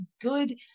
good